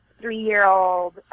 three-year-old